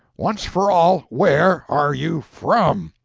once for all, where are you from?